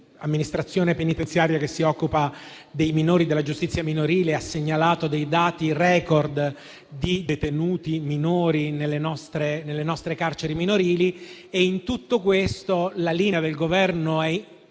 amministrazione penitenziaria che si occupa della giustizia minorile ha segnalato dei dati *record* di detenuti minori nelle nostre carceri minorili. In tutto questo la linea del Governo è